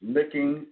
Licking